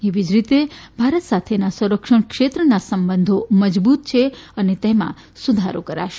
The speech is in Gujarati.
એવી જ રીતે ભારત સાથેના સંરક્ષણ ક્ષેત્રના સંબંધો મજબુત છે અને તેમાં સુધારો કરાશે